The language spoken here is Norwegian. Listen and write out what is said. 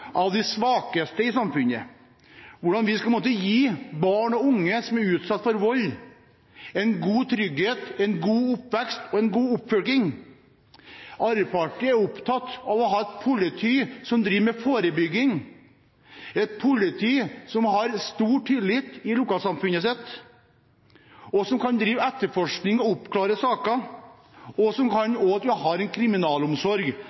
av de svakeste i samfunnet, hvordan vi skal kunne gi barn og unge som er utsatt for vold, en god trygghet, en god oppvekst og en god oppfølging. Arbeiderpartiet er opptatt av å ha et politi som driver med forebygging, et politi som har stor tillit i lokalsamfunnet sitt, og som kan drive etterforskning og oppklare saker, og at vi har en kriminalomsorg som